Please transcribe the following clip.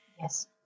Yes